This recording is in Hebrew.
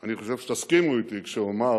אני חושב שתסכימו אתי כשאומר